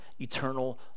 eternal